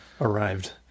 arrived